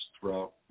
throughout